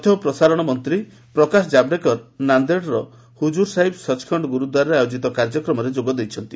ତଥ୍ୟ ଓ ପ୍ରସାରଣମନ୍ତ୍ରୀ ପ୍ରକାଶ ଜାବଡେକର ନାନ୍ଦେଡ଼ର ହୁକୁରସାହିବ ସଚଖଣ୍ଡ ଗୁରୁଦ୍ୱାରାରେ ଆୟୋଜିତ କାର୍ଯ୍ୟକ୍ରମରେ ଯୋଗ ଦେଇଛନ୍ତି